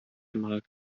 markt